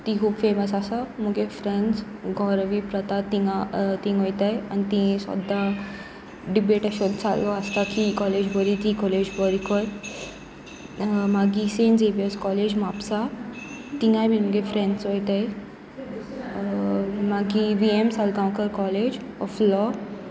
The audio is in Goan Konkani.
ती खूब फेमस आसा म्हजी फ्रेंड्स गौरवी प्रथा थंय थंय वतात आनी तांची सद्दां डिबेट अशी चालू आसता की ही कॉलेज बरी ती कॉलेज बरी करून मागीर सेंट झेवियस कॉलेज म्हापसा थंय बीन म्हजी फ्रेंड्स वतात मागीर V M Salgaocar college of law